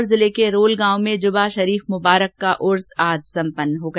नागौर जिले के रोल गांव में जुबा शरीफ मुबारक का उर्स आज सम्पन्न हो गया